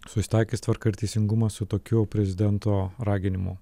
susitaikys tvarka ir teisingumas su tokiu prezidento raginimu